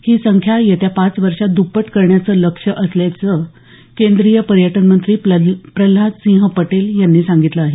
ही संख्या येत्या पाच वर्षात दप्पट करण्याचं लक्ष्य असल्याचं केंद्रीय पर्यटनमंत्री प्रल्हाद सिंह पटेल यांनी सांगितलं आहे